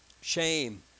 Shame